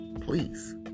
Please